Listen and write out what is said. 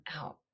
out